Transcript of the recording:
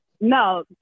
no